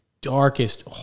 darkest